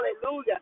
hallelujah